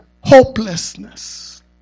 hopelessness